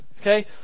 Okay